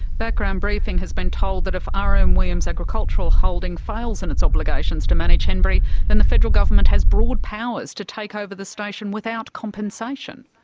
background briefing has been told that if r. m. williams agricultural holdings fails in its obligations to manage henbury then the federal government has broad powers to take over the station without compensation?